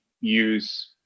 use